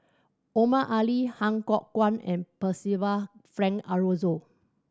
Omar Ali Han Fook Kwang and Percival Frank Aroozoo